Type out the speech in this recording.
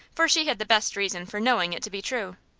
for she had the best reason for knowing it to be true.